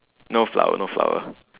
no flower no flower